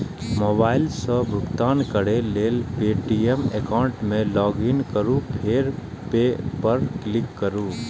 mobile सं भुगतान करै लेल पे.टी.एम एकाउंट मे लॉगइन करू फेर पे पर क्लिक करू